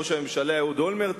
ראש הממשלה אהוד אולמרט,